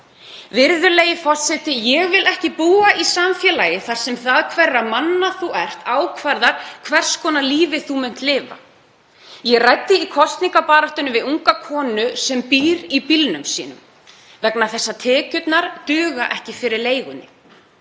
Virðulegi forseti. Ég vil ekki búa í samfélagi þar sem það hverra manna þú ert ákvarðar hvers konar lífi þú munt lifa. Ég ræddi í kosningabaráttunni við unga konu sem býr í bílnum sínum vegna þess að tekjurnar duga ekki fyrir leigunni.